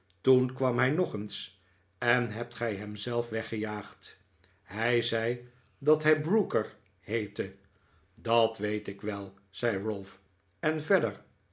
toen kwam hij nog eens en hebt gij hem zelf weggejaagd hij zei dat hij brooker heette dat weet ik wel zei ralph en verder